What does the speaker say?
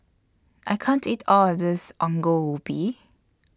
I can't eat All of This Ongol Ubi